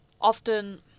often